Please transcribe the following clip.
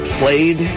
played